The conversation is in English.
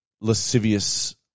lascivious